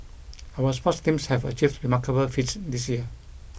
our sports teams have achieved remarkable feats this year